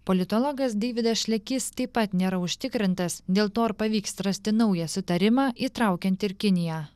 politologas deividas šlekys taip pat nėra užtikrintas dėl to ar pavyks rasti naują sutarimą įtraukiant ir kiniją